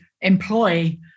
employ